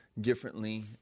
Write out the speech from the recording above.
differently